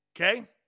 Okay